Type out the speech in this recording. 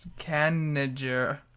canager